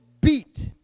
beat